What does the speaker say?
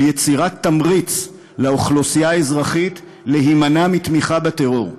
של יצירת תמריץ לאוכלוסייה האזרחית להימנע מתמיכה בטרור,